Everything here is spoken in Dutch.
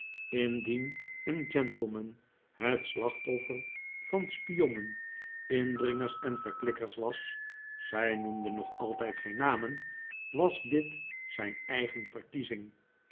indien een gentleman het slachtoffer van spionnen indringers en verklikkers was zij noemde nog altijd geen namen was dit zijn eigen verkiezing